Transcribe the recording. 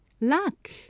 Luck